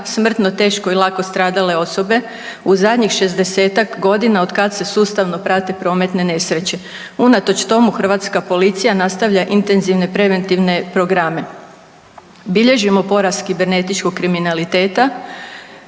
smrtno, teško i lako stradale osobe u zadnjih 60-tak godina otkad se sustavno prave prometne nesreće. Unatoč tomu hrvatska policija nastavlja intenzivne preventivne programe. Bilježimo porast kibernetičkog kriminaliteta